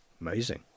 Amazing